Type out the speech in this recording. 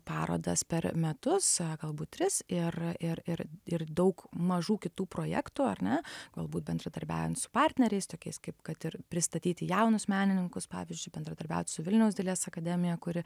parodas per metus galbūt tris ir ir ir ir daug mažų kitų projektų ar ne galbūt bendradarbiaujant su partneriais tokiais kaip kad ir pristatyti jaunus menininkus pavyzdžiui bendradarbiaut su vilniaus dailės akademija kuri